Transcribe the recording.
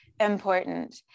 important